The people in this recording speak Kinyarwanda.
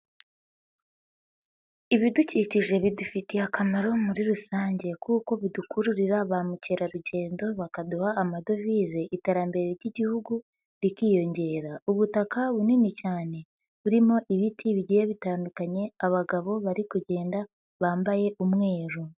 Ibidukikije bidufitiye akamaro muri rusange kuko bidukururira ba mukerarugendo, bakaduha amadovize, iterambere ry'igihugu rikiyongera, ubutaka bunini cyane, burimo ibiti bigiye bitandukanye, abagabo bari kugenda bambaye umweru.